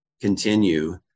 continue